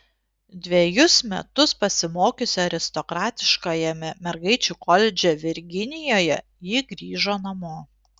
dvejus metus pasimokiusi aristokratiškajame mergaičių koledže virginijoje ji grįžo namo